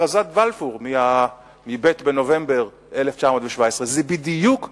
הכרזת בלפור מב' בנובמבר 1917. זה בדיוק זה,